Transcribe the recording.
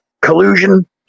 collusion